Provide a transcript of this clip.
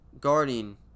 guarding